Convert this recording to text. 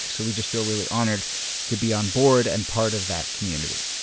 so we just feel really honored to be on board and part of that community.